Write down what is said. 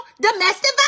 domestic